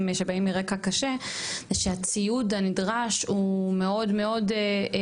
שהגיעו מרקע קשה זה שהציוד הנדרש הוא מאוד יקר,